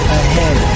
ahead